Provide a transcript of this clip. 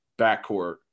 backcourt